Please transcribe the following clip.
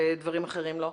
ודברים אחרים לא?